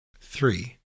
Three